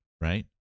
right